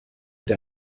der